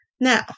Now